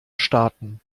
starten